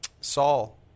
Saul